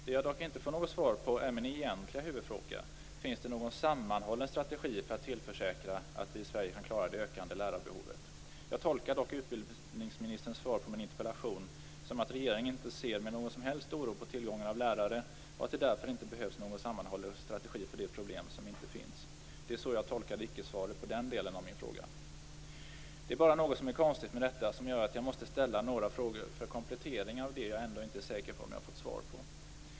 Jag får dock inte något svar på det som är min egentliga huvudfråga, om det finns någon sammanhållen strategi för att tillförsäkra att vi i Sverige kan klara det ökande lärarbehovet. Jag tolkar ändå utbildningsministerns icke-svar på den delen av min interpellation så att regeringen inte med någon som helst oro ser på tillgången på lärare och att det inte behövs någon sammanhållen strategi för ett problem som inte finns. Det finns dock något som är konstigt med detta och som gör att jag måste ställa några frågor för komplettering av det jag ändå inte är säker om jag har fått svar på.